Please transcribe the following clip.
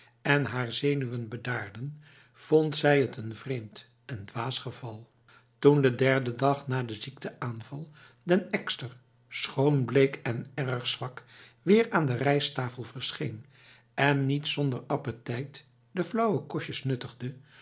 en haar zenuwen bedaarden vond zij het een vreemd en dwaas geval toen de derde dag na de ziekteaanval den ekster schoon bleek en erg zwak weer aan de rijsttafel verscheen en niet zonder appetijt de flauwe kostjes nuttigde